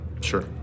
sure